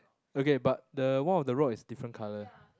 okay but the one of the rock is different colour